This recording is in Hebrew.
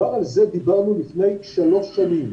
כבר על זה דיברנו לפני שלוש שנים.